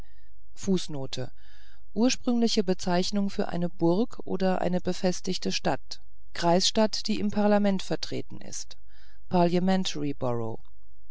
ursprünglich bezeichnung für eine burg oder eine befestigte stadt kreisstadt die im parlament vertreten ist